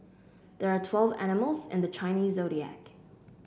there are twelve animals in the Chinese Zodiac